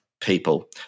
people